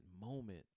moment